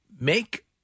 make